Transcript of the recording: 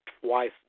twice